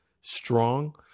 strong